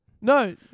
No